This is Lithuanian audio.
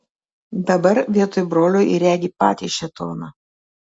dabar vietoj brolio ji regi patį šėtoną